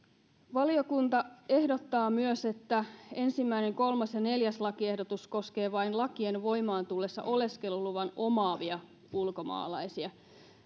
valiokunta ehdottaa myös että yksi kolmas ja neljäs lakiehdotus koskevat vain lakien voimaantullessa oleskeluluvan omaavia ulkomaalaisia